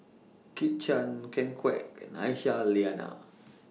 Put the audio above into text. Kit Chan Ken Kwek and Aisyah Lyana